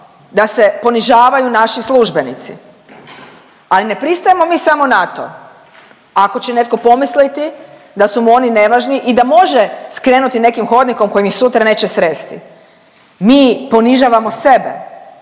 da se ponižavaju naši službenici. Ali ne pristajemo mi samo na to ako će netko pomisliti da su mu oni nevažni i da može skrenuti nekim hodnikom kojim je sutra neće sresti. Mi ponižavamo sebe,